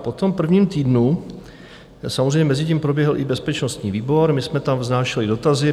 Po první týdnu samozřejmě mezitím proběhl i bezpečnostní výbor, my jsme tam vznášeli dotazy.